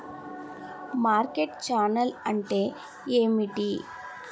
Market channel అంటే ఏమిటి?